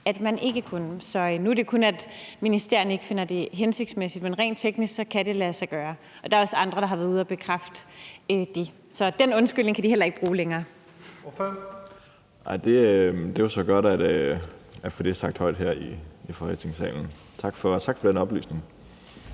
at man ikke kunne. Så nu er det kun sådan, at ministerierne ikke finder det hensigtsmæssigt, men rent teknisk kan det lade sig gøre. Der er også andre, der har været ude at bekræfte det. Så den undskyldning kan de heller ikke bruge længere. Kl. 12:02 Første næstformand (Leif Lahn Jensen): Ordføreren. Kl.